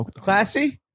classy